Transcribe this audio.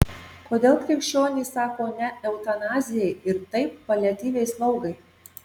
kodėl krikščionys sako ne eutanazijai ir taip paliatyviai slaugai